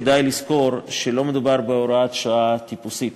כדאי לזכור שלא מדובר בהוראת שעה טיפוסית.